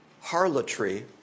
harlotry